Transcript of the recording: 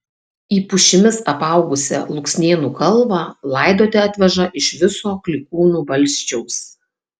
į pušimis apaugusią luksnėnų kalvą laidoti atveža iš viso klykūnų valsčiaus